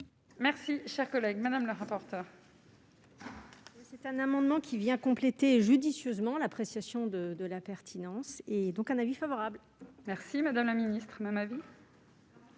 Merci, cher collègue Madame la rapporteure. C'est un amendement qui vient compléter judicieusement l'appréciation de la pertinence et donc un avis favorable. Merci madame la ministre, ma vie.